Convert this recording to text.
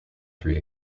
three